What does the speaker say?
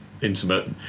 Intimate